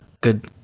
good